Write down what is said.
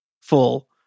full